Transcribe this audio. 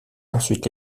ensuite